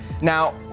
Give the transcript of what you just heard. Now